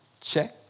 check